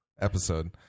episode